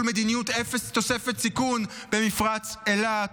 מדיניות "אפס תוספת סיכון" במפרץ אילת?